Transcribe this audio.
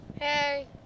Hey